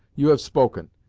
you have spoken,